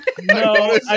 No